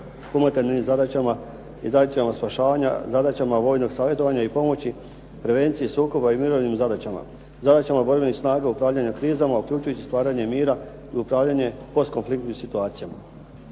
humanitarnim zadaćama i zadaćama spašavanja, zadaćama vojnog savjetovanja i pomoći, prevencije sukoba i umirovljenim zadaćama, zadaćama borbenih snaga upravljanja krizama, uključujući stvaranje mira i upravljanje konfliktnim situacijama.